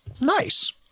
nice